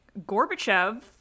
Gorbachev